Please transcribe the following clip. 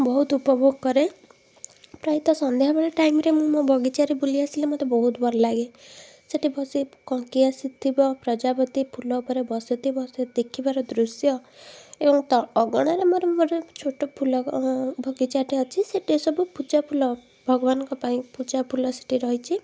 ବହୁତ ଉପଭୋଗ କରେ ପ୍ରାୟତଃ ସନ୍ଧ୍ୟାବେଳ ଟାଇମ୍ରେ ମୁଁ ମୋ ବଗିଚାରେ ବୁଲି ଆସିଲେ ମୋତେ ବହୁତ ଭଲଲାଗେ ସେଇଠି ବସି କଙ୍କି ଆସିଥିବ ପ୍ରଜାପତି ଫୁଲ ଉପରେ ବସିଥିବ ସେ ଦେଖିବାର ଦୃଶ୍ୟ ଏବଂ ଅଗଣାରେ ମୋର ମୋର ଛୋଟ ଫୁଲ ବଗିଚାଟେ ଅଛି ସେଇଠି ସବୁ ପୂଜା ଫୁଲ ଭଗବାନଙ୍କପାଇଁ ପୂଜା ଫୁଲ ସେଇଠି ରହିଛି